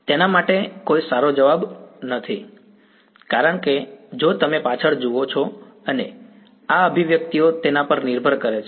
તેના માટે કોઈ સારો જવાબ નથી કારણ કે જો તમે પાછળ જુઓ છો અને આ અભિવ્યક્તિઓ તેના પર નિર્ભર કરે છે